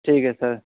ठीक है सर